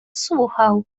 słuchał